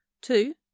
Two